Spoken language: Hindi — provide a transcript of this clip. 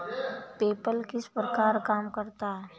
पेपल किस प्रकार काम करता है?